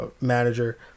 manager